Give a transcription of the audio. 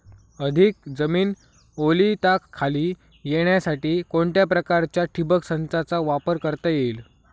अधिक जमीन ओलिताखाली येण्यासाठी कोणत्या प्रकारच्या ठिबक संचाचा वापर करता येईल?